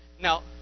Now